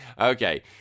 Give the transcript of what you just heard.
Okay